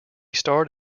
starred